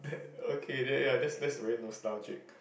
okay that ya that that's very nostalgic